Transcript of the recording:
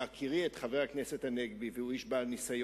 בהכירי את חבר הכנסת הנגבי, והוא איש בעל ניסיון